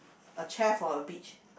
a chair for a beach